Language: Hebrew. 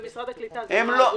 משרד העלייה והקליטה זה לא הגורם.